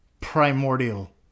primordial